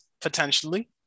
Potentially